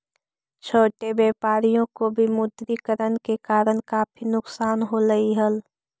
छोटे व्यापारियों को विमुद्रीकरण के कारण काफी नुकसान होलई हल